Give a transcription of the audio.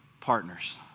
partners